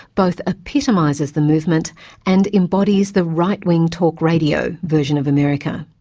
both epitomises the movement and embodies the rightwing talk radio version of america.